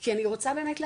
כי אני רוצה באמת להבין.